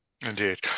Indeed